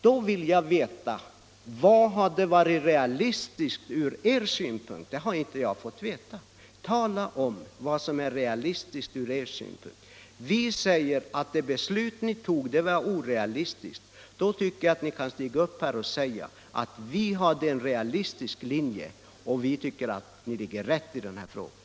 Då vill jag fråga: Vad hade varit realistiskt ur er synpunkt? Det har jag inte fått veta. Vi säger att det beslut ni fattade var orealistiskt. Då tycker jag att ni skall stiga upp här och erkänna att vi hade en realistisk linje och att vi är på rätt väg i den här frågan.